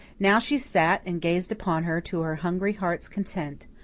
now she sat and gazed upon her to her hungry heart's content,